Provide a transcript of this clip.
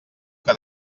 que